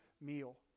meal